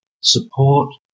support